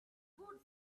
good